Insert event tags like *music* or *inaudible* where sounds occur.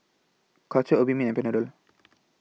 Caltrate Obimin and Panadol *noise*